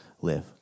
live